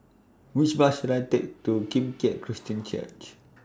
Which Bus should I Take to Kim Keat Christian Church